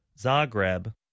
Zagreb